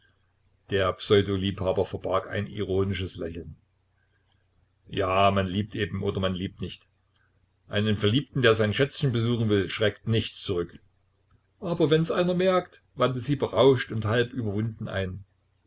der pseudo liebhaber verbarg ein ironisches lächeln ja man liebt eben oder man liebt nicht einen verliebten der sein schätzchen besuchen will schreckt nichts zurück aber wenn's einer merkt wandte sie berauscht und halb überwunden ein